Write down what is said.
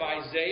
Isaiah